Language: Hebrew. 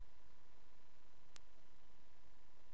מבקשים